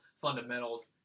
fundamentals